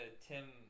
Tim